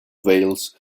veils